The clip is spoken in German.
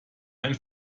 ein